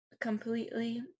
completely